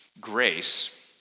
Grace